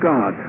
God